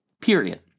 period